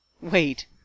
Wait